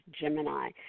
Gemini